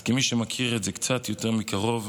אז כמי שמכיר את זה קצת יותר מקרוב,